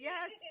Yes